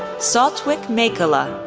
satwik mekala,